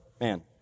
man